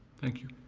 thank you.